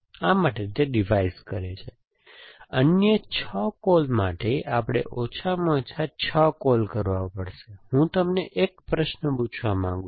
તેથી અન્ય 6 કૉલ માટે આપણે ઓછામાં ઓછા 6 કૉલ કરવા પડશે હું તમને એક પ્રશ્ન પૂછવા માંગુ છું